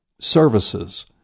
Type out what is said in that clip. services